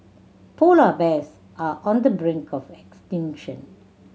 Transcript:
polar bears are on the brink of extinction